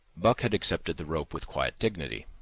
buck had accepted the rope with quiet dignity.